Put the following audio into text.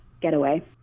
getaway